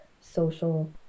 social